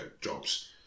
jobs